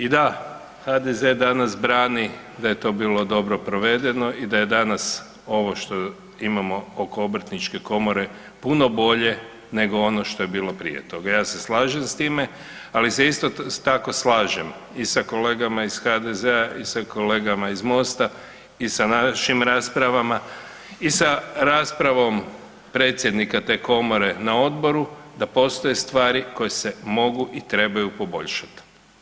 I da, HDZ danas brani da je to bilo dobro provedeno i da je danas ovo što imamo oko Obrtničke komore puno bolje nego ono što je bilo prije toga, ja se slažem s time, ali se isto tako slažem i sa kolegama iz HDZ-a i sa kolegama iz Mosta i sa našim raspravama, i sa raspravom predsjednika te Komore na odboru da postoje stvari koje se mogu i trebaju poboljšat.